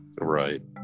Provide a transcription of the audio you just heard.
Right